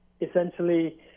essentially